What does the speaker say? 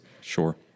Sure